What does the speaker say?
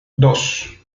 dos